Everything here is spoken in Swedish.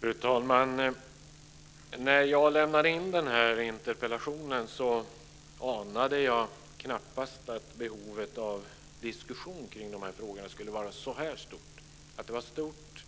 Fru talman! När jag lämnade in den här interpellationen anade jag knappast att behovet av diskussion kring de här frågorna skulle vara så här stort. Att det var stort